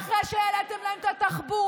אחרי שהעליתם להם את התחבורה,